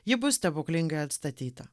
ji bus stebuklingai atstatyta